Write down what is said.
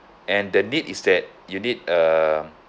and the need is that you need a